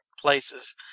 places